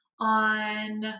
on